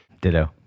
Ditto